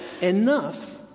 enough